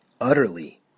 utterly